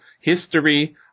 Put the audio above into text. history